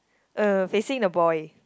uh facing the boy